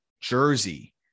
Jersey